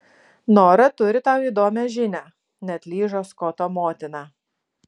nora turi tau įdomią žinią neatlyžo skoto motina